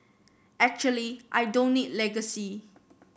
actually I don't need legacy